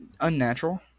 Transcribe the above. unnatural